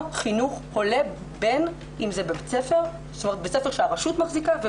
חינוך עולה אם זה בית ספר שהרשות מחזיקה,